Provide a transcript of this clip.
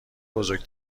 بزرگ